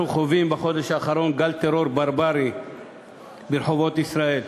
אנחנו חווים בחודש האחרון גל טרור ברברי ברחובות ישראל.